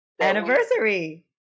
Anniversary